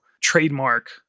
trademark